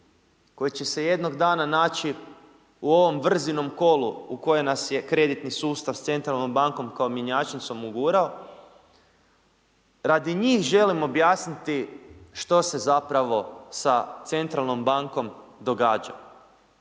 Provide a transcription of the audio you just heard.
koji će se jednog dana naći u ovom vrzinom kolu u kojem nas je kreditni sustav s centralnom bankom kao mjenjačnicom ugurao, radi njih želimo objasniti što se zapravo sa centralnom bankom događa.